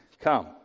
come